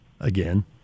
again